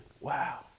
Wow